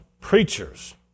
preachers